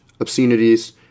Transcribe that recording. obscenities